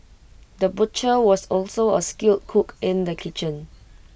the butcher was also A skilled cook in the kitchen